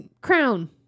crown